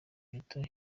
mito